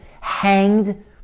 hanged